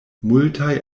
multaj